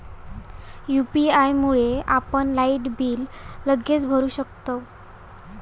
UPI मुळे आपण लायटीचा बिल लगेचच भरू शकतंव